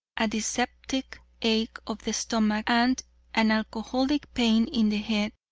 a dyspeptic ache of the stomach and an alcoholic pain in the head,